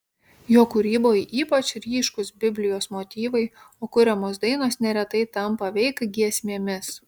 jo kūryboje ypač ryškūs biblijos motyvai o kuriamos dainos neretai tampa veik giesmėmis